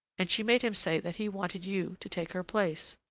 and she made him say that he wanted you to take her place.